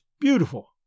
beautiful